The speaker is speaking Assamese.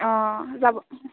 অঁ যাব